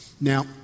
Now